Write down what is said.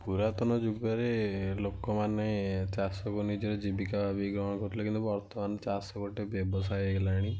ପୁରାତନ ଯୁଗରେ ଲୋକମାନେ ଚାଷକୁ ନିଜର ଜୀବିକା ଭାବିକି ଗ୍ରହଣ କରୁଥିଲେ କିନ୍ତୁ ବର୍ତ୍ତମାନ ଚାଷ ଗୋଟେ ବ୍ୟବସାୟ ହେଇଗଲାଣି